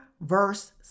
Verse